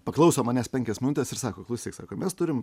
paklauso manęs penkias minutes ir sako klausyk sako mes turim